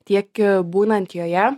tiek būnant joje